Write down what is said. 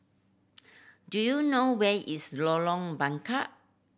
do you know where is Lorong Bengkok